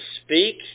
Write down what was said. speak